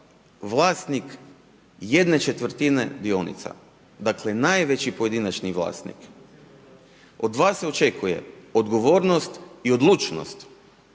vlasnik jedne četvrtine dionica. Dakle najveći pojedinačni vlasnik. Od vas se očekuje odgovornost i odlučnost,